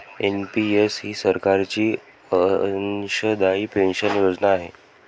NPS ही सरकारची अंशदायी पेन्शन योजना आहे